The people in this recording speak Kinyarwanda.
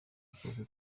twose